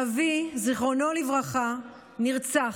אבי, זיכרונו לברכה, נרצח,